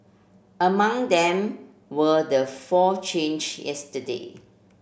among them were the four change yesterday